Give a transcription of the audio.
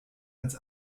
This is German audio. als